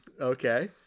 Okay